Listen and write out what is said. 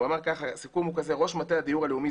הוא אמר ככה: "ראש מטה הדיור הלאומי,